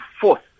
fourth